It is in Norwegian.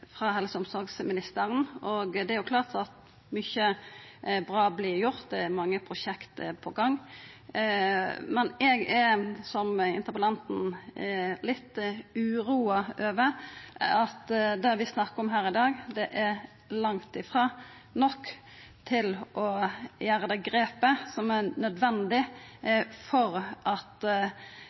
omsorgsministeren. Det er klart at mykje bra vert gjort. Det er mange prosjekt på gang. Men eg er som interpellanten litt uroa over at det vi snakkar om her i dag, langt ifrå er nok til å ta det grepet som er nødvendig for at